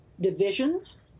divisions